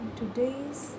today's